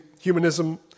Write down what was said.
humanism